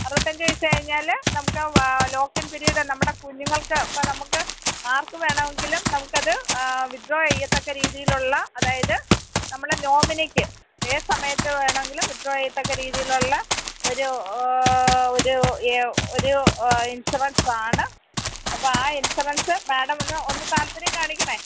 അറുപത്തഞ്ച് വയസ്സ് കഴിഞ്ഞാൽ നമുക്ക് ലോക്കിങ് പിരീഡ് നമ്മുടെ കുഞ്ഞുങ്ങൾക്ക് ഇപ്പോൾ നമുക്ക് ആർക്ക് വേണമെങ്കിലും നമുക്കത് വിത്ത്ഡ്രോ ചെയ്യത്തക്ക രീതീലുള്ള അതായത് നമ്മുടെ നോമിനിക്ക് ഏത് സമയത്ത് വേണമെങ്കിലും വിത്ത്ഡ്രോ ചെയ്യത്തക്ക രീതിയിലുള്ള ഒരു ഒരു ഒരു ഇൻഷുറൻസാണ് അപ്പോൾ ആ ഇൻഷുറൻസ് മാഡം ഒന്ന് ഒന്ന് താൽപ്പര്യം കാണിക്കണം